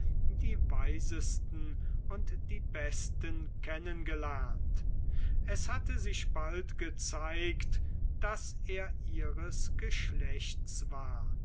die weisesten und die besten kennen gelernt es hatte sich bald gezeigt daß er ihres geschlechtes war